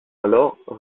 alors